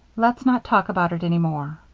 let's not talk about it any more.